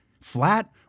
Flat